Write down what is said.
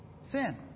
Sin